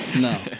No